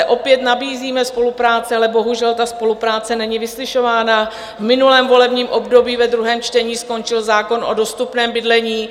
Opět nabízíme spolupráci, ale bohužel ta spolupráce není vyslyšena, v minulém volebním období ve druhém čtení skončil zákon o dostupném bydlení.